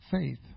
faith